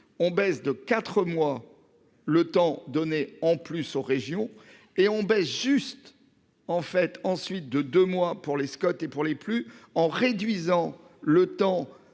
on baisse de 4 mois le temps donné en plus aux régions et on baisse juste en fait ensuite de 2 mois pour les Scott et pour les plus en réduisant le temps.